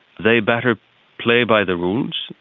they better play by the rules,